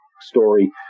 story